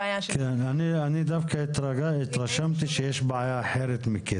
אני דווקא התרשמתי שיש בעיה אחרת מכסף.